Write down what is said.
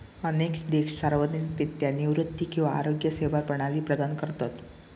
अनेक देश सार्वजनिकरित्या निवृत्ती किंवा आरोग्य सेवा प्रणाली प्रदान करतत